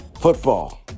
Football